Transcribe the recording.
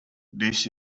this